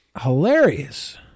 Hilarious